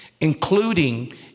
including